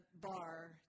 bar